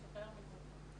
יש בעיית קליטה.